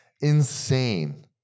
insane